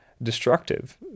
destructive